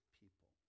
people